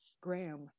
Graham